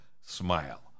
smile